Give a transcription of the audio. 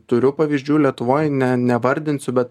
turiu pavyzdžių lietuvoj ne nevardinsiu bet